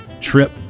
trip